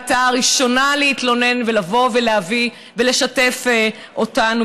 הייתה הראשונה להתלונן ולבוא ולהביא ולשתף אותנו,